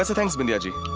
ah thanks bindiya ji.